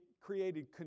created